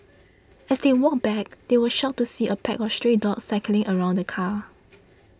as they walked back they were shocked to see a pack of stray dogs circling around the car